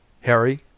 Harry